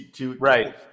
Right